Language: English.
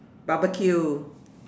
barbecue